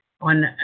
on